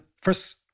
first